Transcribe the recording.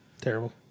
Terrible